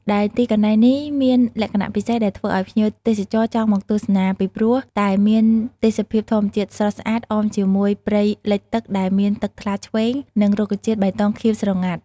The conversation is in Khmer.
ដែលទីកន្លែងនេះមានលក្ខណៈពិសេសដែលធ្វើឲ្យភ្ញៀវទេសចរចង់មកទស្សនាពីព្រោះតែមានទេសភាពធម្មជាតិស្រស់ស្អាតអមជាមួយព្រៃលិចទឹកដែលមានទឹកថ្លាឈ្វេងនិងរុក្ខជាតិបៃតងខៀវស្រងាត់។